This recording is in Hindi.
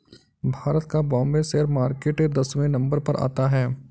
भारत का बाम्बे शेयर मार्केट दसवें नम्बर पर आता है